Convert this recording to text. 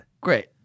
Great